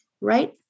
right